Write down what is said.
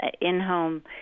in-home